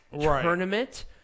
Tournament